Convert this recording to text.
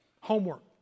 Homework